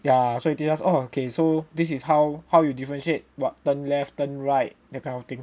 ya so he teach us oh okay so this is how how you differentiate what turn left turn right that kind of thing